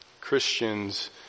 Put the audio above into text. Christians